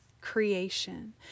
creation